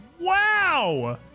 Wow